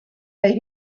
made